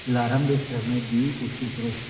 alarm ਦੇ ਸਮੇਂ ਦੀ ਪੁਸ਼ਟੀ ਕਰੋ